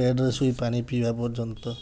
ବେଡରେ ଶୋଇ ପାଣି ପିଇବା ପର୍ଯ୍ୟନ୍ତ